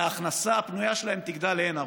וההכנסה הפנויה שלהם תגדל לאין ערוך.